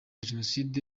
jenoside